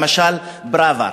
למשל פראוור.